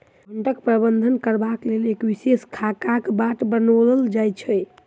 झुंडक प्रबंधन करबाक लेल एक विशेष खाकाक बाट बनाओल जाइत छै